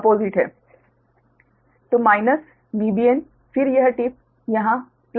तो minus Vbn फिर यह टिप यहाँ प्लस Van है